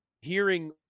hearing